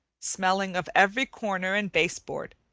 smelling of every corner and base-board,